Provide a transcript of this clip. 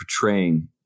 portraying